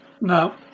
No